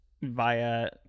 via